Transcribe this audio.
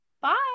bye